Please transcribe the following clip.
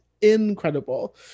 incredible